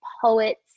poets